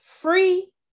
free